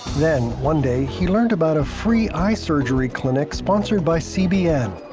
then one day he learned about a free eye surgery clinic sponsored by cbn.